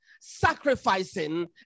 sacrificing